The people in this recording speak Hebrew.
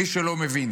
מי שלא מבין